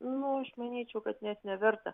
nu aš manyčiau kad net neverta